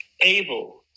able